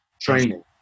training